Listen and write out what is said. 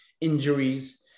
injuries